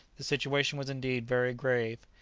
the situation was indeed very grave.